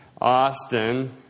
Austin